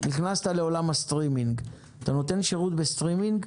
אתה נותן שירות בסטרימינג,